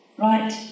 Right